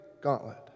gauntlet